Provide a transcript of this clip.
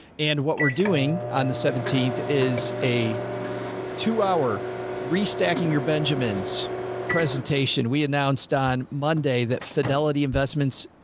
and what we're doing on the seventeenth is a two hour restacking. your benjamin's presentation. we announced on monday that fidelity investments.